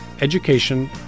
education